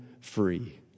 free